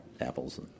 apples